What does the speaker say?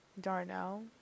Darnell